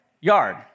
yard